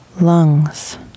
lungs